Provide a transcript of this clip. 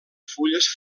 fulles